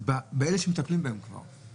שאלה הנכים הקשים מתחת לגיל פרישת החובה,